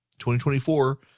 2024